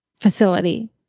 facility